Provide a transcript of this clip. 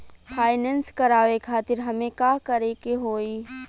Finance करावे खातिर हमें का करे के होई?